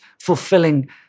fulfilling